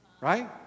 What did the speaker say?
right